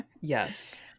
yes